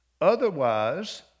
Otherwise